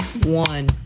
one